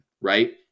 right